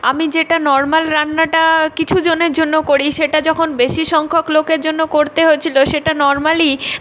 আমি যেটা নর্মাল রান্নাটা কিছু জনের জন্য করি সেটা যখন বেশি সংখ্যক লোকের জন্য করতে হয়েছিলো সেটা নর্মালি